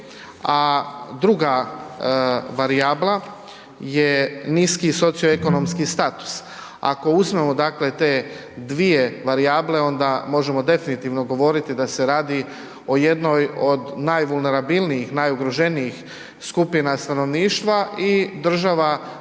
a druga varijabla je niski socioekonomski status. Ako uzmemo, dakle te dvije varijable onda možemo definitivno govoriti da se radi o jednoj od najvulnerabilnijih, najugroženijih skupina stanovništva i država tu mora